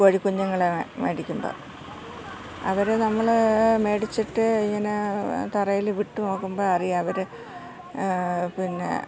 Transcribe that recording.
കോഴി കുഞ്ഞുങ്ങളെ മേടിക്കുമ്പോൾ അവർ നമ്മൾ മേടിച്ചിട്ട് ഇങ്ങനെ തറയിൽ വിട്ടു നോക്കുമ്പോൾ അറിയാം അവർ പിന്നെ